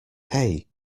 hey